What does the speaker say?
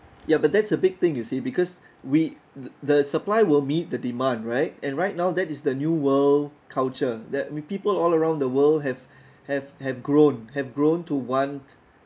ya but that's a big thing you see because we the the supply will meet the demand right and right now that is the new world culture that with people all around the world have have have grown have grown to want